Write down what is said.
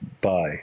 bye